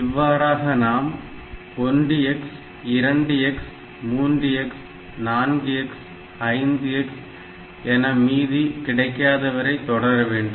இவ்வாறாக நாம் 1x 2x 3x 4x 5x என மீதி கிடைக்காதவரை தொடர வேண்டும்